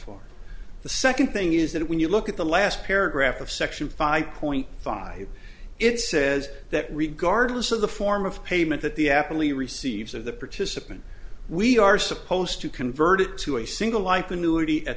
for the second thing is that when you look at the last paragraph of section five point five it says that regardless of the form of payment that the affably receives of the participant we are supposed to convert it to a single life annuity at